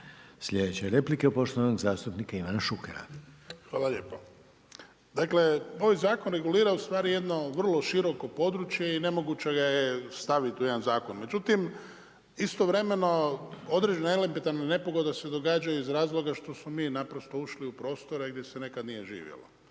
Sljedeća replika je poštovanog zastupnika Ivana Šukera. **Šuker, Ivan (HDZ)** Dakle, ovaj zakon regulira ustvari jedno vrlo široko područje i nemoguće ga je staviti u jedan zakon. Međutim, istovremeno određene elementarne nepogode se događaju iz razloga što smo mi naprosto ušli u prostore gdje se nekad nije živjelo.